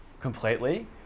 completely